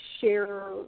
share